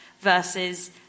versus